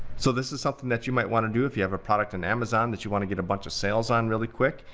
so this is something that you might wanna do if you have a product on and amazon that you wanna get a bunch of sales on really quick,